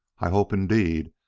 i hope, indeed,